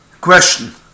question